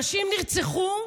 הנשים נרצחו